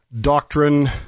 doctrine